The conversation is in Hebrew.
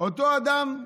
אותו אדם,